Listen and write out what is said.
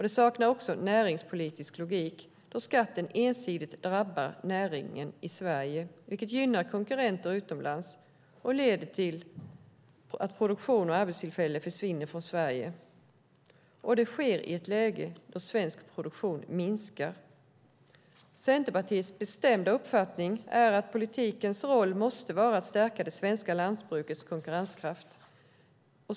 Det saknar näringspolitisk logik då skatten ensidigt drabbar näringen i Sverige, vilket gynnar konkurrenter utomlands och leder till att produktion och arbetstillfällen försvinner från Sverige. Och detta sker i ett läge då svensk produktion minskar. Centerpartiets bestämda uppfattning är att politikens roll måste vara att stärka det svenska lantbrukets konkurrenskraft.